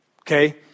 okay